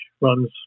runs